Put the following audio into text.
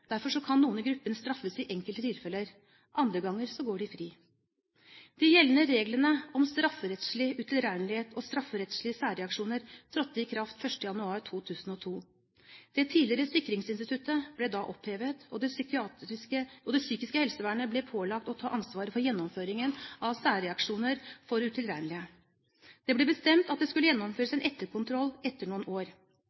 Derfor kan noen i gruppen straffes i enkelte tilfeller. Andre ganger går de fri. De gjeldende reglene om strafferettslig utilregnelighet og strafferettslige særreaksjoner trådte i kraft 1. januar 2002. Det tidligere sikringsinstituttet ble opphevet, og det psykiske helsevernet ble pålagt å ta ansvaret for gjennomføringen av særreaksjoner for utilregnelige. Det ble bestemt at det skulle gjennomføres